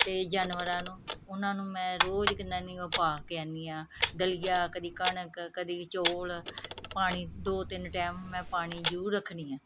ਅਤੇ ਜਾਨਵਰਾਂ ਨੂੰ ਉਨ੍ਹਾਂ ਨੂੰ ਮੈਂ ਰੋਜ਼ ਕਿੰਨਾ ਨਹੀਂ ਉਹ ਪਾ ਕੇ ਆਉਂਨੀ ਹਾਂ ਦਲੀਆ ਕਦੀ ਕਣਕ ਕਦੀ ਚੋਲ ਪਾਣੀ ਦੋ ਤਿੰਨ ਟੈਮ ਮੈਂ ਪਾਣੀ ਜ਼ਰੂਰ ਰੱਖਦੀ ਹਾਂ